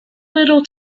little